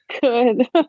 good